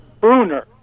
Bruner